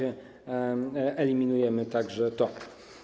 Eliminujemy także to.